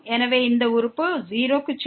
எனவே இந்த உறுப்பு 0 க்கு செல்லும்